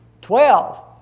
Twelve